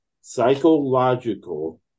psychological